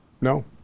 No